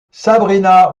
sabrina